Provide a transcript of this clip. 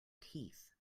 teeth